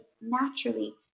naturally